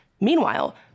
Meanwhile